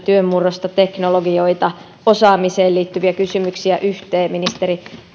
työn murrosta teknologioita osaamiseen liittyviä kysymyksiä yhteen ministeri